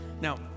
Now